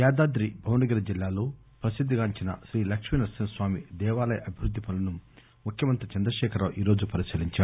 యాదాద్రి భువనగిరిజిల్లాలో ప్రసిద్ధిగాంచిన శ్రీ లక్ష్మీ నర్పింహస్వామి దేవాలయ అభివృద్ది పనులను ముఖ్యమంత్రి చంద్రశేఖర్ రావు ఈరోజు పరిశీలించారు